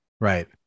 Right